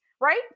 right